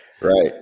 Right